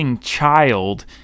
child